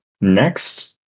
next